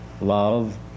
love